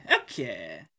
Okay